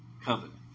covenant